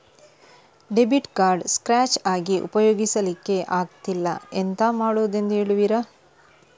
Debit card scratch ಆಗಿ ಉಪಯೋಗಿಸಲ್ಲಿಕ್ಕೆ ಆಗ್ತಿಲ್ಲ, ಎಂತ ಮಾಡುದೆಂದು ಹೇಳುವಿರಾ?